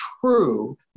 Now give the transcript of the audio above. true